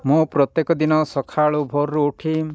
ମୁଁ ପ୍ରତ୍ୟେକ ଦିନ ସକାଳୁ ଭୋରରୁ ଉଠି